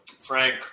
Frank